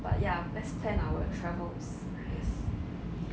but ya let's plan our travels yes